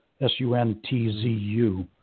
S-U-N-T-Z-U